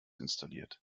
installiert